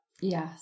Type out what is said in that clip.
Yes